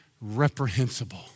reprehensible